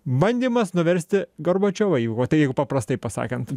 bandymas nuversti gorbačiovą jeigu va tai jeigu paprastai pasakant